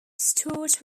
stewart